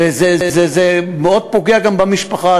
זה מאוד פוגע גם במשפחה.